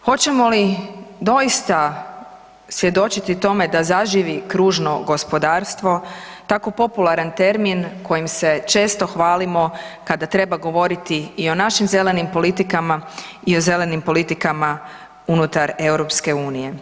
Hoćemo li doista svjedočiti tome da zaživi kružno gospodarstvo, tako popularan termin kojim se često hvalimo kada treba govoriti i o našim zelenim politikama i o zelenim politikama unutar EU.